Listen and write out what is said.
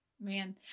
man